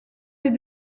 les